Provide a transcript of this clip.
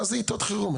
מה זה עתות חירום?